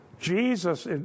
Jesus